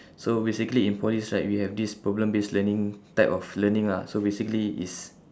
so basically in polys right we have this problem based learning type of learning lah so basically is